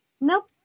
Nope